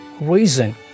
reason